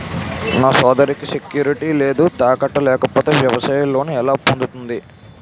నా సోదరికి సెక్యూరిటీ లేదా తాకట్టు లేకపోతే వ్యవసాయ లోన్ ఎలా పొందుతుంది?